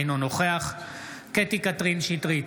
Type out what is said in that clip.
אינו נוכח קטי קטרין שטרית,